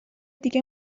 دیگه